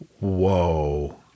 Whoa